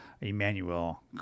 Emmanuel